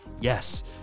yes